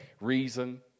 reason